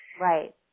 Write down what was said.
Right